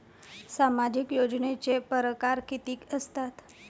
सामाजिक योजनेचे परकार कितीक असतात?